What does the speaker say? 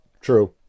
True